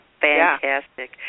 Fantastic